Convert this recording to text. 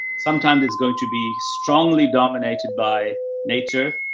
sometimes it's going to be strongly dominated by nature.